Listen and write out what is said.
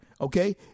Okay